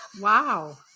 Wow